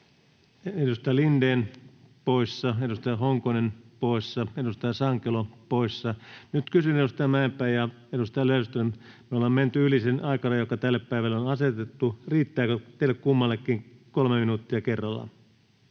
Edustaja Lindén poissa, edustaja Honkonen poissa, edustaja Sankelo poissa. — Nyt kysyn, edustajat Mäenpää ja Löfström: Me ollaan menty yli sen aikarajan, joka tälle päivälle on asetettu. Riittääkö teille kummallekin kolme minuuttia kerrallaan?